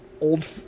old